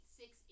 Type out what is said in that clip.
six